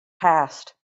passed